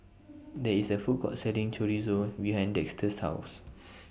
There IS A Food Court Selling Chorizo behind Dexter's House